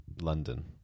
london